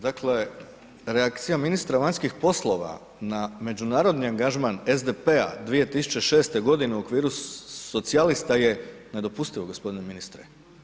Dakle, reakcija ministra vanjskih poslova na međunarodni angažman SDP-a 2006. u okviru socijalista je nedopustivo gospodine ministre.